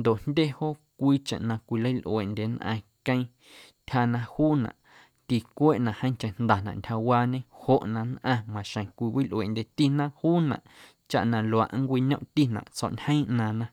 ndoꞌ jndye joo cwiicheⁿ na cwilalꞌuendye nnꞌaⁿ queeⁿ ntyja na juunaꞌ ticueeꞌcheⁿ na jeeⁿcheⁿ ndyaꞌ jndanaꞌ ntyjawaañe joꞌ na nnꞌaⁿ maxjeⁿ cwiwilꞌueeꞌndyetina juunaꞌ chaꞌ na luaaꞌ nncwiñomꞌtinaꞌ tso̱ꞌñjeeⁿ ꞌnaaⁿna.